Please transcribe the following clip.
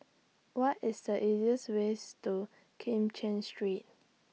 What IS The easiest ways to Kim Cheng Street